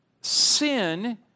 sin